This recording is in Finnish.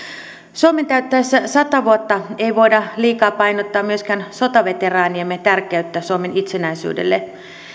suomen täyttäessä sata vuotta ei voida liikaa painottaa myöskään sotaveteraaniemme tärkeyttä suomen itsenäisyydelle